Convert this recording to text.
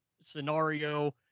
scenario